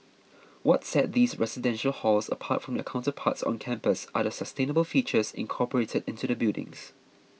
what set these residential halls apart from their counterparts on campus are the sustainable features incorporated into the buildings